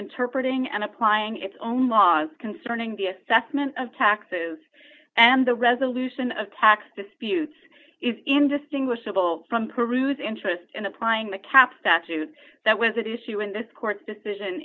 interpreting and applying its own laws concerning the assessment of taxes and the resolution of tax disputes is indistinguishable from peru's interest in applying the cap statute that was it issue in this court's decision